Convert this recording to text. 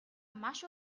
маш